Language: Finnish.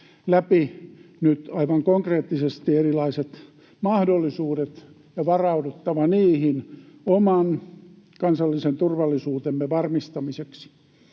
läpi nyt aivan konkreettisesti erilaiset mahdollisuudet ja varauduttava niihin oman kansallisen turvallisuutemme varmistamiseksi.